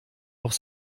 auf